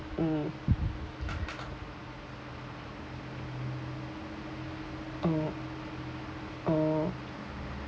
mm oo oh